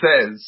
says